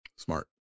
Smart